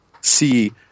see